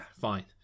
fine